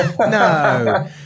No